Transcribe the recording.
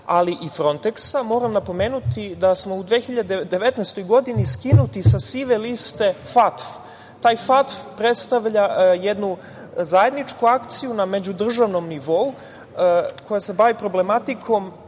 ali i Fronteks-a. Moram napomenuti da smo u 2019. godini skinuti sa sive liste FATF. Taj FATF predstavlja jednu zajedničku akciju na međudržavnom nivou koja se bavi problematikom,